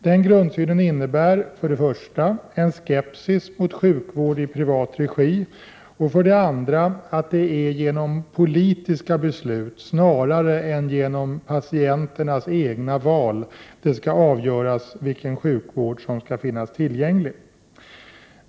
Denna grundsyn innebär för det första en skepsis mot sjukvård i privat regi. För det andra innebär denna grundsyn att det är genom politiska beslut snarare än genom patienternas egna val det skall avgöras vilken sjukvård som skall finnas tillgänglig.